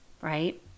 right